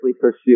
pursue